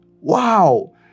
Wow